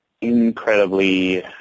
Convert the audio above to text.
incredibly